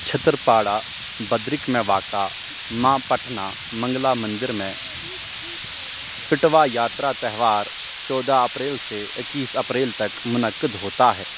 چھترپاڑا بدرک میں واقع ماں پٹنہ منگلا مندر میں پٹوا یاترا تہوار چودہ اپریل سے اکیس اپریل تک منعقد ہوتا ہے